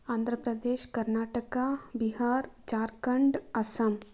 Andhra Pradesh Karnataka Bihar Jharkhand Assam